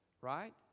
right